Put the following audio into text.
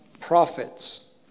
prophets